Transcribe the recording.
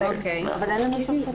מאה אחוז.